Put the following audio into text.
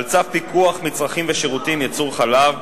על צו פיקוח מצרכים ושירותים (ייצור חלב),